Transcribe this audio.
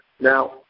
Now